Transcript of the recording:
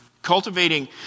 Cultivating